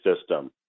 system